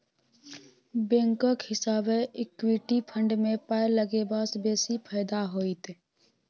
बैंकक हिसाबैं equity fund मे पाय लगेबासँ बेसी फायदा होइत